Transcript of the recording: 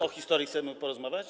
O historii chcemy porozmawiać?